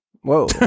Whoa